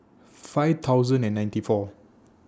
five thousand and ninety four